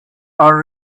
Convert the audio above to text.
are